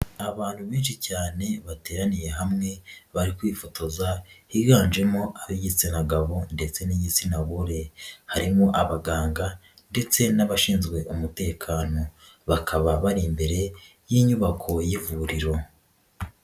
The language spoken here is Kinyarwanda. Abantu benshi cyane bateraniye hamwe bari kwifotoza higanjemo ab'igitsina gabo ndetse n'igitsina gore, harimo abaganga ndetse n'abashinzwe umutekano, bakaba bari imbere y'inyubako y'ivuriro.